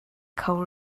kho